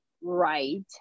right